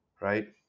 right